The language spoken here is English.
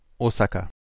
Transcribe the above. Osaka